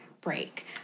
break